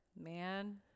Man